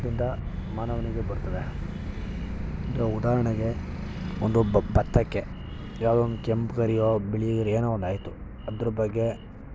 ದಿಂದ ಮಾನವನಿಗೆ ಬರ್ತದೆ ಈಗ ಉದಾಹರಣೆಗೆ ಒಂದು ಭತ್ತಕ್ಕೆ ಯಾವುದೋ ಒಂದು ಕೆಂಪು ಗರಿಯೋ ಬಿಳಿ ಗರಿಯೋ ಏನೋ ಒಂದು ಆಯಿತು ಅದ್ರ ಬಗ್ಗೆ